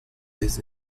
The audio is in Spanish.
vez